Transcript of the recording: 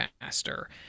faster